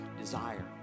desire